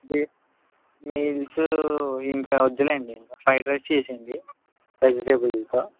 meals ఇంక వద్దులెండి fried rice చేసేయండి వెజిటేబుల్తో